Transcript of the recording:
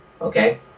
okay